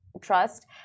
trust